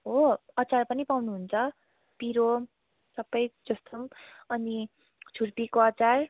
हो अचार पनि पाउनुहुन्छ पिरो सबै जस्तो अनि छुर्पीको अचार